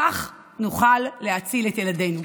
כך נוכל להציל את ילדינו.